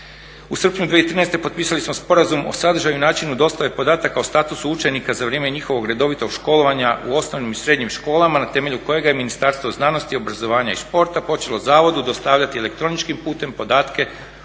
U srpnju 2013. potpisali smo sporazum o sadržaju i načinu dostave podataka o statusu učenika za vrijeme njihovog redovitog školovanja u osnovnim i srednjim školama na temelju kojih je Ministarstvo znanosti, obrazovanja i športa počelo zavodu dostavljati elektroničkim putem podatke